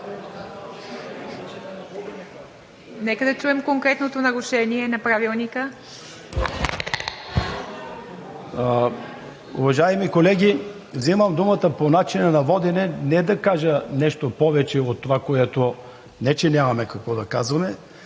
Нека да чуем конкретното нарушение на Правилника. РАМАДАН АТАЛАЙ (ДПС): Уважаеми колеги, взимам думата по начина на водене не да кажа нещо повече от това, не че нямаме какво да казваме,